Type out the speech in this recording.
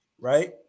right